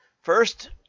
First